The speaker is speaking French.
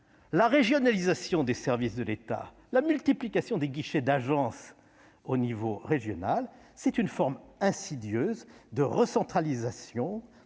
La régionalisation des services de l'État et la multiplication des guichets d'agence à l'échelon régional constituent une forme insidieuse de recentralisation,